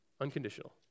Unconditional